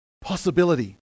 possibility